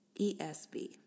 ESB